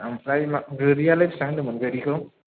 ओमफ्राय मा गोरियालाय बेसेबां होनदोंमोन गोरिखौ